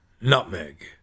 Nutmeg